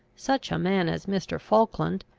such a man as mr. falkland,